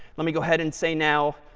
let me go ahead and say now,